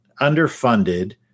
underfunded